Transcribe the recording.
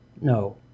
No